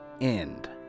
end